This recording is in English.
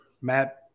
Matt